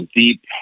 deep